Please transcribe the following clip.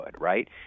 Right